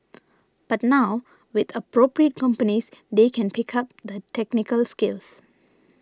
but now with appropriate companies they can pick up the technical skills